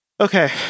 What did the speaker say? Okay